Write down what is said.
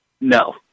No